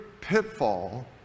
pitfall